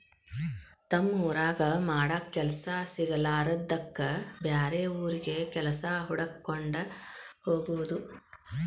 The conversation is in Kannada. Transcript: ತಮ್ಮ ಊರಾಗ ಮಾಡಾಕ ಕೆಲಸಾ ಸಿಗಲಾರದ್ದಕ್ಕ ಬ್ಯಾರೆ ಊರಿಗೆ ಕೆಲಸಾ ಹುಡಕ್ಕೊಂಡ ಹೊಗುದು